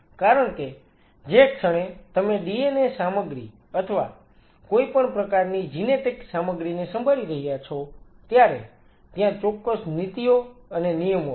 કારણ કે જે ક્ષણે તમે DNA સામગ્રી અથવા કોઈપણ પ્રકારની જીનેટિક સામગ્રીને સંભાળી રહ્યા છો ત્યારે ત્યાં ચોક્કસ નીતિઓ અને નિયમો છે